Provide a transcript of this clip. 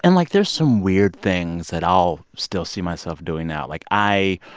and like, there's some weird things that i'll still see myself doing now. like, i